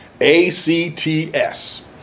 A-C-T-S